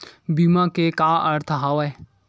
बीमा के का अर्थ हवय?